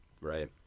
right